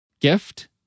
gift